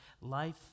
life